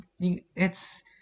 It's-